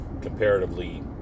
comparatively